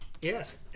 Yes